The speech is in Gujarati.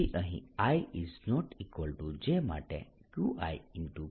તેથી અહીં ij માટે Qi Q jri j છે